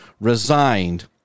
resigned